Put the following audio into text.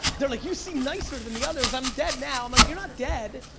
they're like you seem nicer than the others, i'm dead now, i'm like you're not dead.